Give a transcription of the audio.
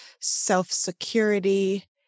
self-security